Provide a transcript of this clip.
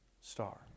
star